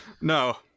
No